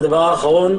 הדבר האחרון,